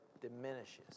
diminishes